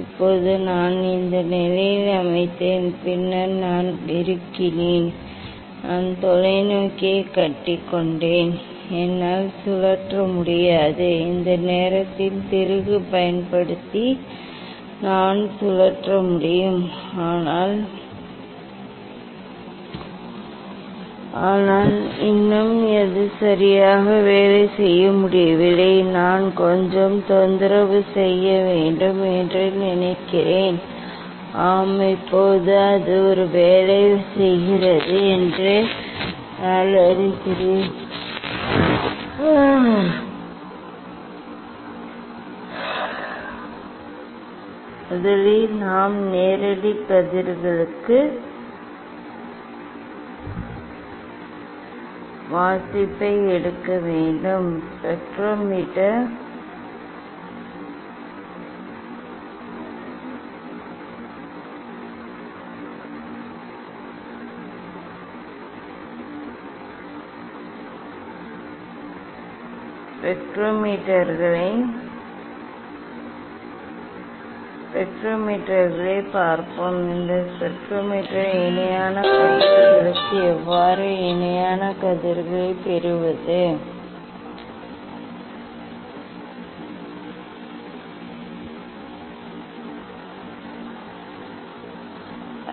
இப்போது நான் இந்த நிலையில் அமைத்தேன் பின்னர் நான் இறுக்கினேன் நான் தொலைநோக்கியைக் கட்டிக்கொண்டேன் என்னால் சுழற்ற முடியாது இந்த நேர்த்தியான திருகு பயன்படுத்தி நான் சுழற்ற முடியும் ஆனால் இன்னும் அது சரியாக வேலை செய்யவில்லை நான் கொஞ்சம் தொந்தரவு செய்ய வேண்டும் என்று நினைக்கிறேன் ஆம் இப்போது அது வேலை செய்கிறது என்று நான் நினைக்கிறேன் முதலில் நாம் நேரடி கதிர்களுக்கு வாசிப்பை எடுக்க வேண்டும் ஸ்பெக்ட்ரோமீட்டர்களைப் பார்ப்போம் இந்த ஸ்பெக்ட்ரோமீட்டர் இணையான கதிர்களுக்கு எவ்வாறு இணையான கதிர்களைப் பெறுவது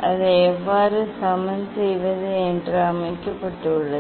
அதை எவ்வாறு சமன் செய்வது என்று அமைக்கப்பட்டுள்ளது